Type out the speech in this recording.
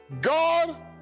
God